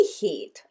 heat